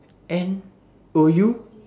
N O U